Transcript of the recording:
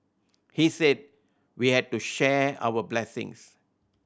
he said we had to share our blessings